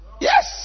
Yes